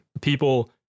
people